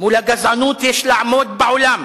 מול הגזענות יש לעמוד בעולם,